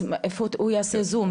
אז איפה הוא יעשה זום?